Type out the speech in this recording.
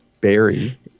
Barry